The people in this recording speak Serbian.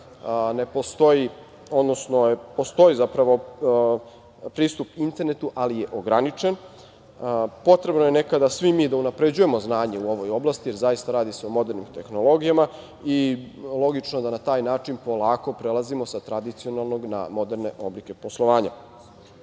ne postoji, odnosno postoji zapravo pristup internetu, ali je ograničen. Potrebno je nekada svi mi da unapređujemo znanje u ovoj oblasti, jer zaista radi se o modernim tehnologijama i logično da na taj način polako prelazimo sa tradicionalnog na moderne oblike poslovanja. Posedovanje